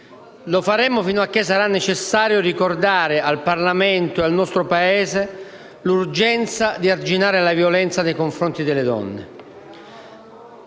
Lo faremo fino a che sarà necessario ricordare al Parlamento e al nostro Paese l'urgenza di arginare la violenza nei confronti delle donne.